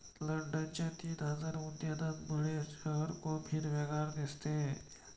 लंडनच्या तीन हजार उद्यानांमुळे शहर खूप हिरवेगार दिसते